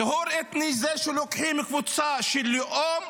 טיהור אתני זה כשלוקחים קבוצה של לאום,